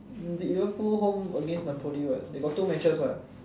Liverpool home against napoli [what] they got two matches [what]